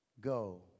go